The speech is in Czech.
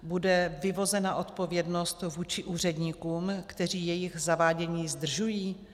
Bude vyvozena odpovědnost vůči úředníkům, kteří jejich zavádění zdržují?